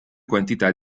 quantità